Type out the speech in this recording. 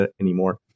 anymore